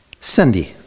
Sandy